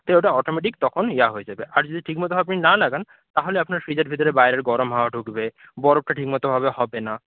তো ওটা অটোমেটিক তখন ইয়ে হয়ে যাবে আর যদি ঠিক মতো আপনি না লাগান তাহলে আপনার ফ্রিজের ভেতরে বাইরের গরম হাওয়া ঢুকবে বরফটা ঠিকমতোভাবে হবে না